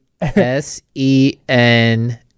S-E-N